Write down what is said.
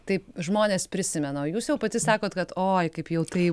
taip žmonės prisimena o jūs jau pati sakot kad oi kaip jau taip